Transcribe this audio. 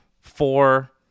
four